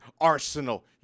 Arsenal